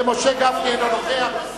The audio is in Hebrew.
ומשה גפני אינו נוכח.